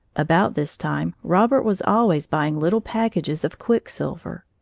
about this time robert was always buying little packages of quicksilver.